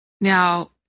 Now